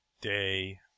day